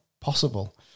possible